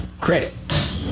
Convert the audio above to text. credit